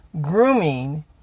grooming